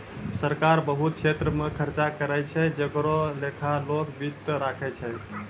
सरकार बहुत छेत्र मे खर्चा करै छै जेकरो लेखा लोक वित्त राखै छै